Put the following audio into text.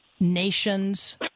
nations